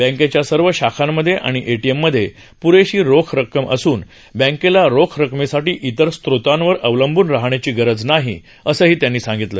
बँकेच्य सर्व शाखांमध्ये आणि एटीएम मध्ये पुरेशी रोख रक्कम असून बँकेला रोख रकमेसाठी ईतर स्त्रोतांवर अवलंबून राहण्याची गरज नाही असंही त्यांनी सांगितलं